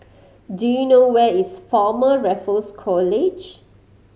do you know where is Former Raffles College